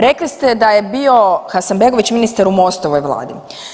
Rekli ste da je bio Hasanbegović ministar u MOST-ovoj Vladi.